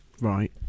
Right